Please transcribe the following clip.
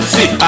See